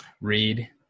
read